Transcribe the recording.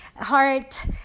heart